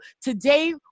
today